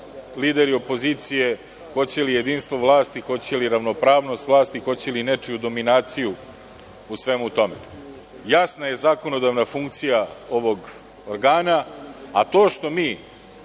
lideri opozicije hoće li jedinstvo vlasti, hoće li ravnopravnost vlasti, hoće li nečiju dominaciju u svemu tome. Jasna je zakonodavna funkcija ovog organa, a to što mi